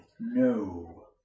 No